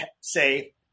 say